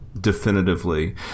definitively